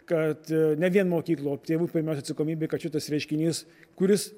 kad ne vien mokyklų o tėvų pirmiausia atsakomybė kad šitas reiškinys kuris